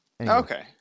Okay